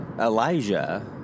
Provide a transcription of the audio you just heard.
Elijah